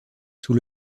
sous